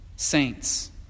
Saints